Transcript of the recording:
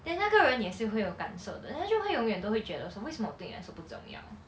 then 那个人也是会有感受的 then 她就会永远都会觉得说为什么我对你来不重要:ta jiu hui yong yuan dou hui jue de shuo wei shen me wo dui ni lay bu zhong yao